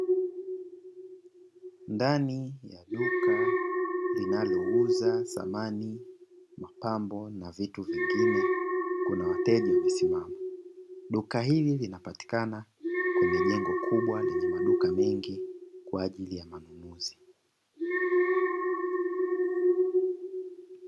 Ndani ya duka linalouza samani, mapambo na vitu vingine, kuna wateja wamesimama. Duka hili linapatikana kwenye jengo kubwa lenye maduka mengi kwa ajili ya kuuza.